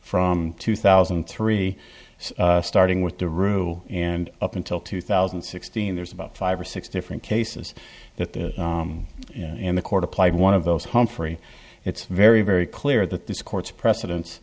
from two thousand and three starting with the rule and up until two thousand and sixteen there's about five or six different cases that the in the court applied one of those humphrey it's very very clear that this court's preceden